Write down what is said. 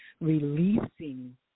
releasing